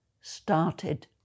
started